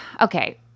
okay